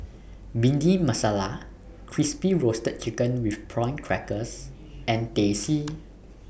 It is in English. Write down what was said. Bhindi Masala Crispy Roasted Chicken with Prawn Crackers and Teh C